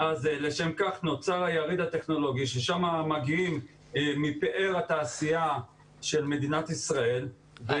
לשם כך נוצר היריד הטכנולוגי ששם מגיעים מפאר התעשייה של מדינת ישראל,